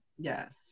Yes